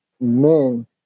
men